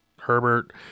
Herbert